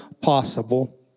possible